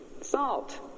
salt